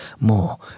more